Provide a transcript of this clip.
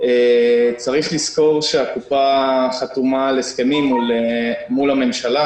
צריך לזכור שהקופה חתומה על הסכמים מול הממשלה,